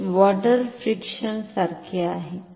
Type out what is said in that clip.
हे water friction सारखे आहे